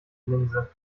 linse